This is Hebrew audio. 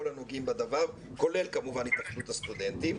הנוגעים בדבר כולל כמובן התאחדות הסטודנטים.